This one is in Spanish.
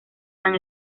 tan